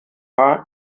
paar